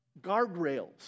guardrails